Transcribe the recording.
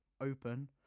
open